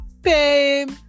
babe